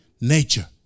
nature